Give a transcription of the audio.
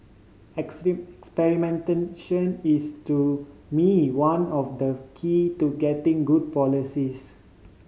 experimentation is to me one of the key to getting good policies